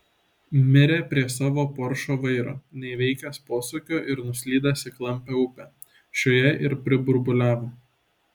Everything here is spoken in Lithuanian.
mirė prie savo poršo vairo neįveikęs posūkio ir nuslydęs į klampią upę šioje ir priburbuliavo